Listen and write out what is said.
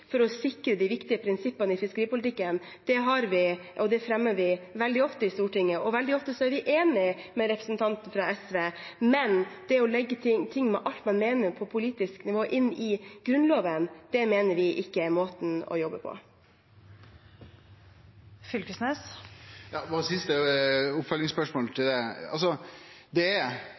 for å sikre de viktige prinsippene i fiskeripolitikken, og den fremmer vi veldig ofte i Stortinget. Veldig ofte er vi også enig med representanten fra SV, men å legge alt man mener på et politisk nivå, inn i Grunnloven, mener vi ikke er måten å jobbe på. Et siste oppfølgingsspørsmål til det: